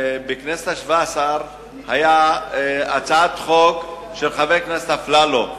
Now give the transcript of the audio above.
שבכנסת השבע-עשרה היתה הצעת חוק של חבר הכנסת אפללו.